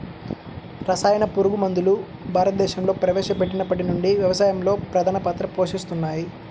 రసాయన పురుగుమందులు భారతదేశంలో ప్రవేశపెట్టినప్పటి నుండి వ్యవసాయంలో ప్రధాన పాత్ర పోషిస్తున్నాయి